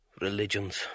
Religions